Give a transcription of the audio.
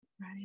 Right